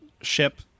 Ship